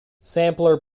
sampler